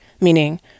meaning